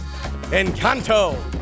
Encanto